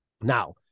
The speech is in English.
Now